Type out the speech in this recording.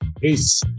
peace